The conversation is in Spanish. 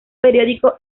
periódico